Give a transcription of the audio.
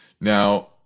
Now